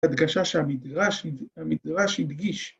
‫הדגשה שהמדרש הדגיש.